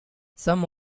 some